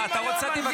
אתה אשם.